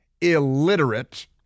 illiterate